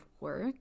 work